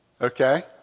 Okay